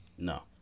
No